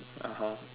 (uh huh)